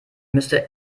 müsste